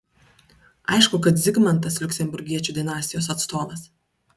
aišku kad zigmantas liuksemburgiečių dinastijos atstovas